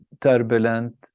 turbulent